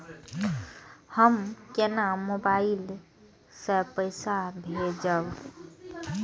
हम केना मोबाइल से पैसा भेजब?